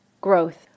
growth